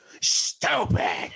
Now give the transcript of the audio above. Stupid